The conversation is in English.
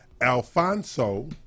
Alfonso